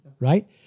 right